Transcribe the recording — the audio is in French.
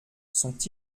sont